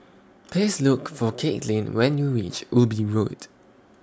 Please Look For Katelynn when YOU REACH Ubi Road